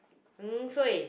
heng suay